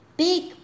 big